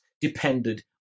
depended